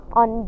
on